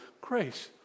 Grace